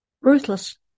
Ruthless